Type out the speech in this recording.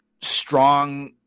strong